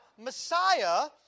Messiah